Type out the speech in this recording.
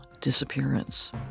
disappearance